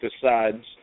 decides